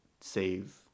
save